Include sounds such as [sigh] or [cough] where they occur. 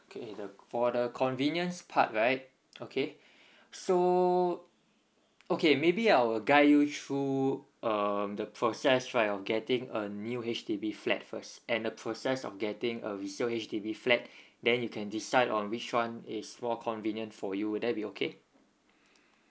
okay the for the convenience part right okay [breath] so okay maybe I will guide you through uh the process right of getting a new H_D_B flat first and the process of getting a resale H_D_B flat [breath] then you can decide on which one is more convenient for you would that be okay